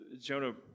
Jonah